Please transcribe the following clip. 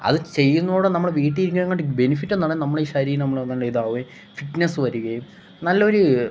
അത് ചെയ്യുന്നോടം നമ്മൾ വീട്ടിലിരിക്കുന്നത് കൊണ്ട് ബെനിഫിറ്റ് എന്നാണ് നമ്മൾ ഈ ശരീരം നമ്മൾ നല്ല ഇതാവുകയും ഫിറ്റ്നസ് വരികയും നല്ലൊരു